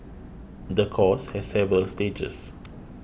the course has several stages